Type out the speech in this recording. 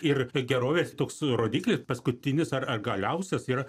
ir gerovės toks rodiklis paskutinis ar ar galiausias yra